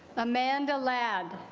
ah man gilad